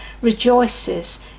rejoices